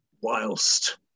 Whilst